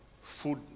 Food